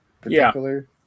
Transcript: particular